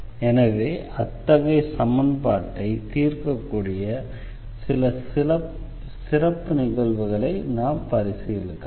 எனவே அத்தகைய சமன்பாட்டை தீர்க்கக்கூடிய சில சிறப்பு நிகழ்வுகளை நாம் பரிசீலிக்கலாம்